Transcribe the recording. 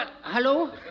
Hello